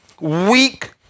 weak